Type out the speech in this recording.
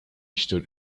stood